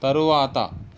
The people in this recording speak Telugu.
తరువాత